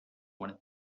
wanted